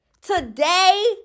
Today